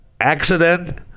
Accident